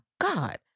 God